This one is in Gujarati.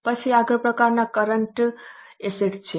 પછી આગળનો પ્રકાર કરન્ટ એસેટ્સ છે